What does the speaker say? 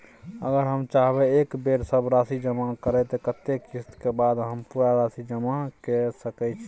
अगर हम चाहबे एक बेर सब राशि जमा करे त कत्ते किस्त के बाद हम पूरा राशि जमा के सके छि?